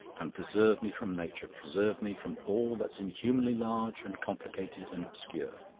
and preserve me from nature, preserve me from all that's inhumanly large and complicated and obscure.